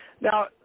Now